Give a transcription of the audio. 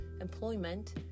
employment